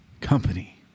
company